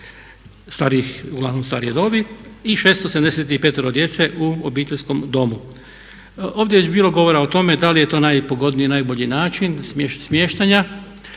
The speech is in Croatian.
uglavnom starije dobi i 675 djece u obiteljskom domu. Ovdje je već bilo govora o tome da li je to najpogodniji i najbolji način smještanja.